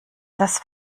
das